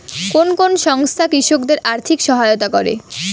কোন কোন সংস্থা কৃষকদের আর্থিক সহায়তা করে?